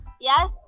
yes